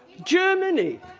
germany.